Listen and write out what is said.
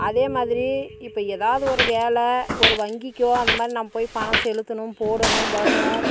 அதே மாதிரி இப்போ எதாவது ஒரு வேலை ஒரு வங்கிக்கோ அந்த மாரி நம்ம போய் பணம் செலுத்தணும் போடணும் வரணும்